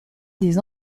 des